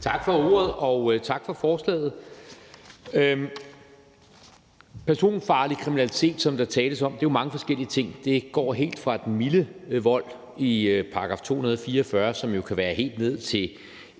Tak for ordet, og tak for forslaget. Personfarlig kriminalitet, som der tales om, er jo mange forskellige ting. Det går helt fra den milde vold i § 244, som jo kan være helt ned til